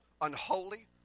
unholy